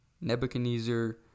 Nebuchadnezzar